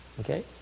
okay